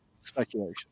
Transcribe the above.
speculation